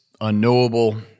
unknowable